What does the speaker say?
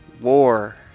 War